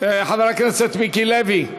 חבר הכנסת מיקי לוי.